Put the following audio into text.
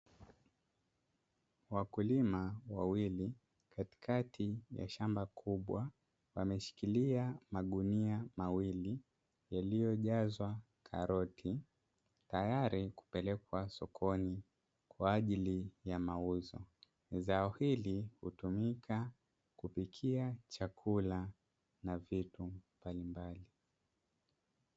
Wakulima wawili katikati ya shamba kubwa, wameshikilia magunia mawili yaliyojazwa karoti, tayari kupelekwa sokoni kwa ajili ya mauzo. Zao hili hutumika kwa kupikia chakula na vitu mbalimbali.